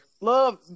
Love